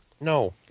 No